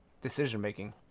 decision-making